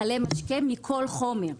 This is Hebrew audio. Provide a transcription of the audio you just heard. מכלי משקה מכל חומר.